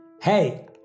Hey